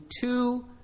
two